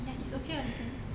ya it's okay or you can